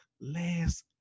last